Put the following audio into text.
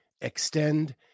Extend